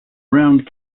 round